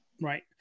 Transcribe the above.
right